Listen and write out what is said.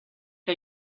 que